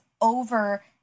over